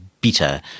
beta